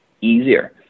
easier